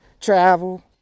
travel